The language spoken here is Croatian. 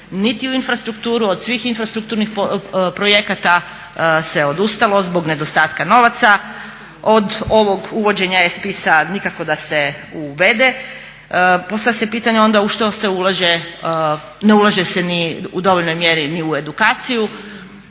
niti u infrastrukturu od svih infrastrukturnih projekata se odustalo zbog nedostatka novaca, od ovog uvođenja e-spisa nikako da se uvede, postavlja se onda pitanja u što se ulaže? Ne ulaže se ni u dovoljnoj mjeri ni u edukaciju,